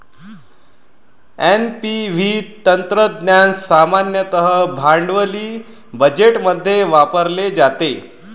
NPV तंत्रज्ञान सामान्यतः भांडवली बजेटमध्ये वापरले जाते